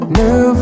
new